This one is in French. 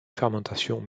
fermentation